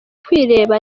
kwirebera